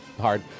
hard